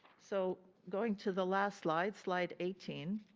so going to the last slide, slide eighteen,